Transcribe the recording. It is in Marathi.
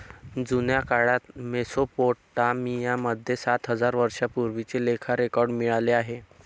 जुन्या काळात मेसोपोटामिया मध्ये सात हजार वर्षांपूर्वीचे लेखा रेकॉर्ड मिळाले आहे